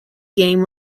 game